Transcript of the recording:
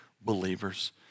believers